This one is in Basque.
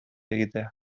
egitea